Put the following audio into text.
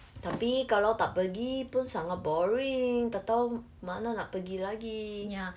tapi kalau tak pergi pun sama boring tak tahu mana nak pergi lagi